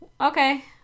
okay